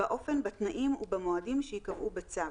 באופן, בתנאים ובמועדים שייקבעו בצו,